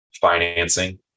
financing